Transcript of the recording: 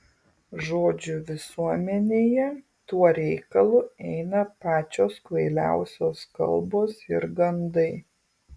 žodžiu visuomenėje tuo reikalu eina pačios kvailiausios kalbos ir gandai